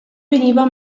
veniva